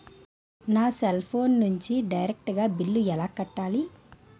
నా cell phone నుంచి direct గా బిల్లు ఎలా కట్టాలి?